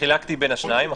חילקתי בין השניים.